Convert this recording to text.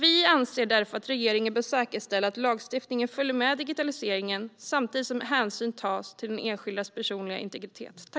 Vi anser därför att regeringen bör säkerställa att lagstiftningen följer med digitaliseringen, samtidigt som hänsyn tas till enskildas personliga integritet.